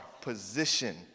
position